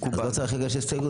אז לא צריך להגיש הסתייגות,